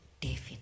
David